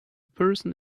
person